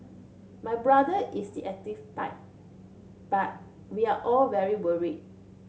my brother is the active type but we are all very worried